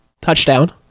Touchdown